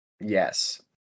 Yes